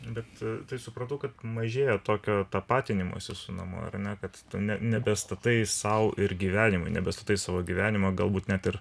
bet tai suprantu kad mažėja tokio tapatinimosi su namų arena kad tu ne nebestatai sau ir gyvenimui nebestatai savo gyvenimo galbūt net ir